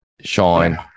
shine